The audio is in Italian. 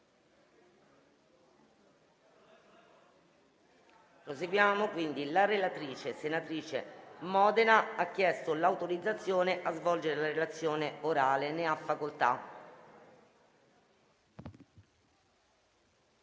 La relatrice, senatrice Modena, ha chiesto l'autorizzazione a svolgere la relazione orale. Non facendosi